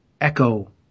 echo